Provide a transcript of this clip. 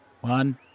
One